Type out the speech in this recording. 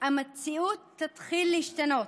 המציאות תתחיל להשתנות,